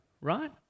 right